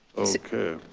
okay.